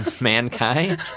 Mankind